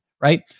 Right